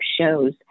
shows